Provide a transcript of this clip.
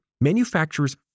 manufacturers